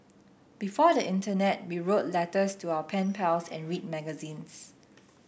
before the internet we wrote letters to our pen pals and read magazines